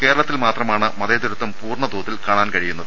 കേരളത്തിൽ മാത്രമാണ് മതേതരത്വം പൂർണതോതിൽ കാണാൻ കഴിയുന്നത്